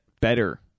better